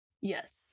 Yes